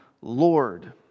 Lord